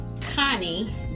connie